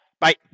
Bye